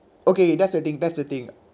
okay that's the thing that's the thing